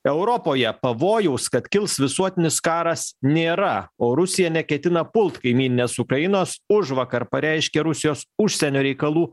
europoje pavojaus kad kils visuotinis karas nėra o rusija neketina pult kaimyninės ukrainos užvakar pareiškė rusijos užsienio reikalų